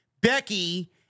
Becky